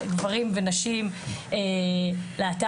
גברים ונשים להט"בים,